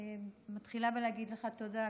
אני מתחילה בלהגיד לך תודה,